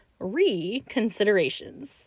Reconsiderations